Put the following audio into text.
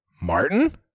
Martin